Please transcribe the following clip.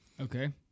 Okay